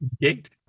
gate